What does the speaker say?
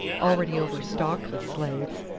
already overstocked with slaves,